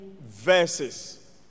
verses